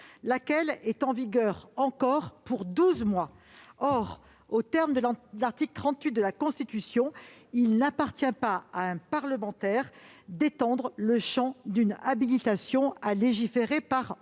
laquelle est en vigueur pour douze mois encore. Or aux termes de l'article 38 de la Constitution, il n'appartient pas à un parlementaire d'étendre le champ d'une habilitation à légiférer par ordonnances.